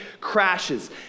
crashes